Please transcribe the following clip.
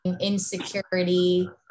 insecurity